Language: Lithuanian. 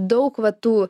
daug va tų